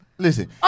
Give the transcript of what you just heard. Listen